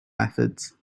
methods